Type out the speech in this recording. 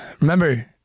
Remember